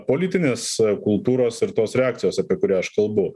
politinės kultūros ir tos reakcijos apie kurią aš kalbu